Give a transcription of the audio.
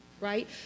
right